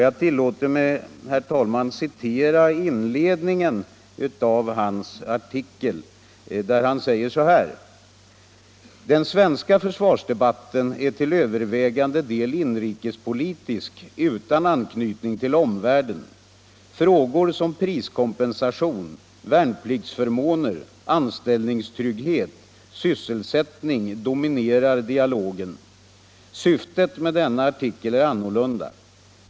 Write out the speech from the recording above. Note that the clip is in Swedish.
Jag tillåter mig, herr talman, att citera inledningen av hans artikel: ”Den svenska försvarsdebatten är till övervägande del inrikespolitisk utan anknytning till omvärlden. Frågor som priskompensation, värnpliktsförmåner, anställningstrygghet, sysselsättning, dominerar dialogen. Syftet med denna artikel är annorlunda.